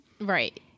Right